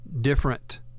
different